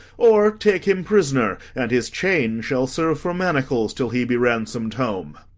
or take him prisoner, and his chain shall serve for manacles till he be ransom'd home.